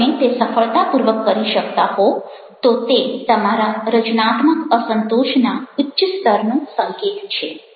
જો તમે તે સફળતાપૂર્વક કરી શકતા હો તો તે તમારા રચનાત્મક અસંતોષ ના ઉચ્ચ સ્તરનો સંકેત છે